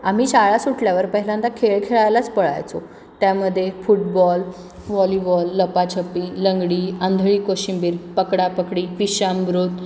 आम्ही शाळा सुटल्यावर पहिल्यांदा खेळ खेळायलाच पळायचो त्यामध्ये फुटबॉल वॉलीबॉल लपाछपी लंगडी आंधळी कोशिंबीर पकडापकडी विषामृत